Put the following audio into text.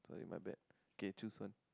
sorry my bad okay choose one